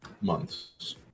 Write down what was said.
months